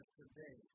today